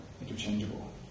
interchangeable